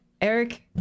Eric